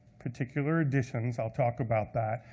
particular editions, i'll talk about that.